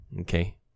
Okay